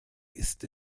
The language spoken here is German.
ist